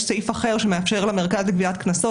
יש סעיף אחר שמאפשר למרכז לגביית קנסות